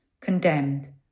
condemned